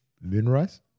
Moonrise